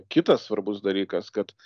kitas svarbus dalykas kad